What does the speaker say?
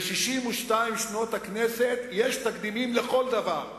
ב-62 שנות הכנסת יש תקדימים לכל דבר.